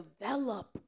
develop